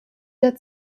der